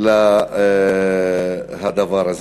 לדבר הזה.